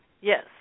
yes